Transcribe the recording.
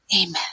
Amen